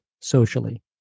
socially